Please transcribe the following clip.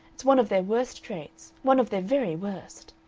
it's one of their worst traits, one of their very worst.